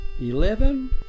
Eleven